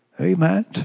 Amen